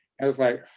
i was like,